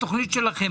לתוכנית שלכם.